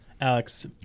Alex